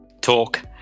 Talk